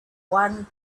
one